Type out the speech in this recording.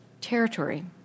territory